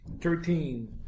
thirteen